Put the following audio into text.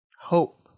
hope